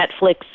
Netflix